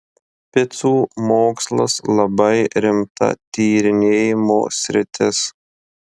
picų mokslas labai rimta tyrinėjimo sritis